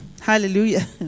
Hallelujah